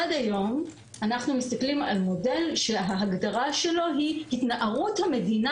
עד היום אנחנו מסתכלים על מודל שההגדרה שלו היא התנערות המדינה